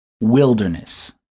wilderness